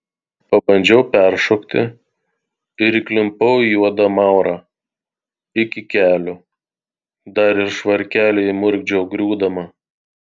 pabandžiau peršokti ir įklimpau į juodą maurą iki kelių dar ir švarkelį įmurkdžiau griūdama